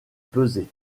peser